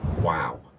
Wow